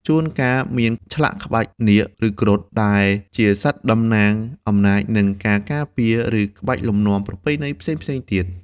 ជួនកាលមាន ឆ្លាក់ក្បាច់នាគ ឬគ្រុឌ ដែលជាសត្វតំណាងអំណាច និងការការពារ ឬក្បាច់លំនាំប្រពៃណីផ្សេងៗទៀត។